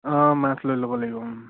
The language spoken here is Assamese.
অঁ মাছ লৈ ল'ব লাগিব